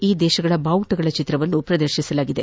E ದೇಶಗಳ ಭಾವುಟಗಳ ಚಿತ್ರವನ್ನು ಪ್ರದರ್ಶಿಸಲಾಗಿದೆ